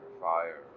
fire